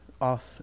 off